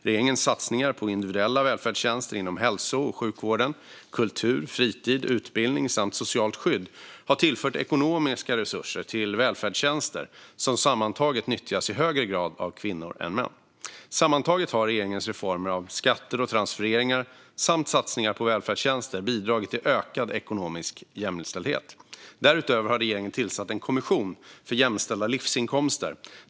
Regeringens satsningar på individuella välfärdstjänster inom hälso och sjukvård, kultur, fritid, utbildning samt socialt skydd har tillfört ekonomiska resurser till välfärdstjänster som sammantaget nyttjas i högre grad av kvinnor än av män. Sammantaget har regeringens reformer av skatter och transfereringar samt satsningar på välfärdstjänster bidragit till ökad ekonomisk jämställdhet. Därutöver har regeringen tillsatt en kommission för jämställda livsinkomster.